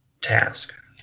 task